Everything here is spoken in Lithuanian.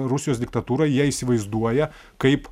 rusijos diktatūrą jie įsivaizduoja kaip